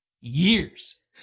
years